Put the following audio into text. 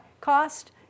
cost